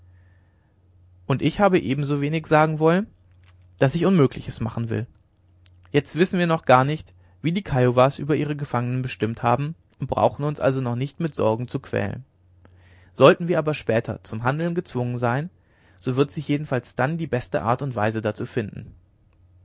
und ich habe ebensowenig sagen wollen daß ich unmögliches machen will jetzt wissen wir noch gar nicht wie die kiowas über ihre gefangenen bestimmt haben und brauchen uns also noch nicht mit sorgen zu quälen sollten wir aber später zum handeln gezwungen sein so wird sich jedenfalls dann die beste art und weise dazu finden